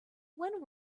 when